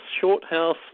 Shorthouse